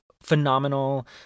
phenomenal